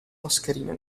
mascherina